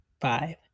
five